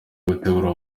gutegura